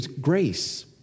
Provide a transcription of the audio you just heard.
grace